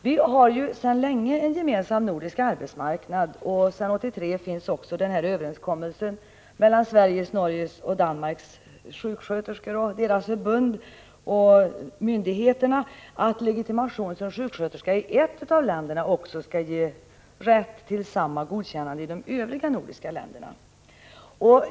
Vi har ju sedan länge en gemensam nordisk arbetsmarknad, och sedan 1983 finns en överenskommelse mellan Sveriges, Norges och Danmarks sjuksköterskor och deras resp. förbund å ena sidan och myndigheterna å andra sidan att legitimation som sjuksköterska i ett av länderna också skall ge rätt till samma godkännande i de övriga nordiska länderna.